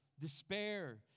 despair